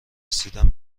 رسیدن